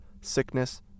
sickness